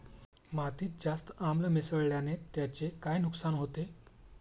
मातीत जास्त आम्ल मिसळण्याने त्याचे काय नुकसान होते?